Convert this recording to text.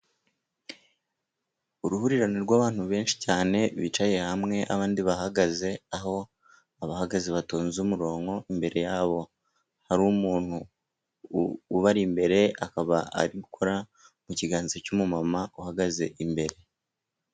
Uruhurirane rw'abantu benshi cyane bicaye hamwe abandi bahagaze, aho abahagaze batonze umurongo, imbere yabo hari umuntu ubari imbere, akaba ari gukora mu kiganza cy'umumama uhagaze imbere.